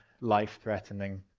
life-threatening